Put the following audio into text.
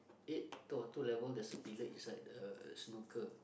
eight or two level there's a billiard inside the snooker